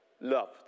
loved